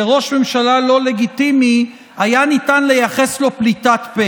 ו"ראש ממשלה לא לגיטימי" היה ניתן לייחס לו פליטת פה,